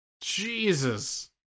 Jesus